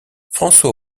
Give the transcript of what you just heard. françois